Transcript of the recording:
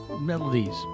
melodies